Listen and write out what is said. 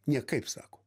niekaip sako